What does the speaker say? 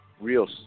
Real